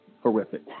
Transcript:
horrific